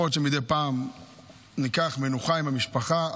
יכול שמדי פעם ניקח מנוחה עם המשפחה,